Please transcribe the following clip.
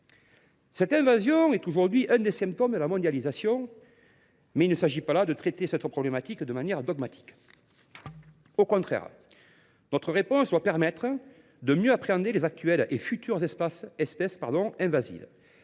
Cette invasion est l’un des symptômes de la mondialisation, mais il ne s’agit pas de traiter cette problématique de manière dogmatique. Au contraire, notre réponse doit permettre de mieux appréhender les espèces invasives